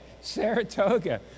Saratoga